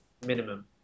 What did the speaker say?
minimum